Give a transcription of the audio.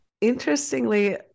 interestingly